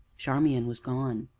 charmian was gone.